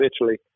Italy